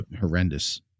horrendous